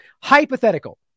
Hypothetical